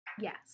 Yes